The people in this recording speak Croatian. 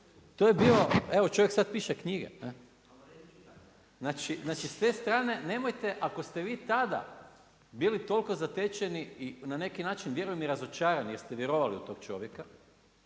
…/Upadica: Ali nitko ne čita./… Znači s te strane nemojte ako ste vi tada bili toliko zatečeni i na neki način vjerujem i razočarani jer ste vjerovali u tog čovjeka,